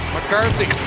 McCarthy